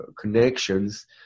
connections